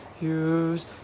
Use